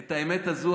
שאת האמת הזו,